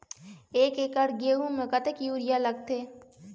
एक एकड़ गेहूं म कतक यूरिया लागथे?